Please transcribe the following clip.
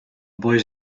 boys